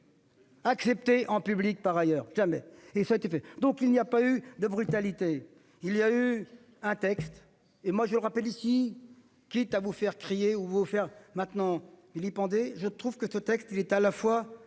Accepter en public par ailleurs jamais et ça a été fait, donc il n'y a pas eu de brutalité. Il y a eu un texte et moi je rappelle ici, quitte à vous faire crier ou vous faire maintenant vilipendé je trouve que ce texte il est à la fois